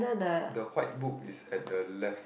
the white book is at the left